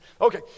okay